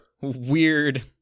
weird